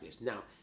Now